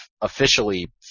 officially